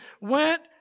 went